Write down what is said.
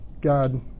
God